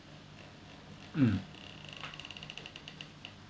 mm